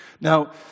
Now